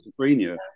schizophrenia